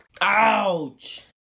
Ouch